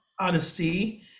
honesty